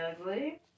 ugly